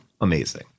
amazing